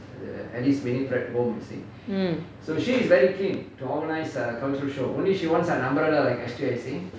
mm